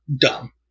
dumb